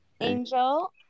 Angel